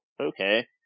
okay